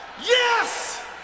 Yes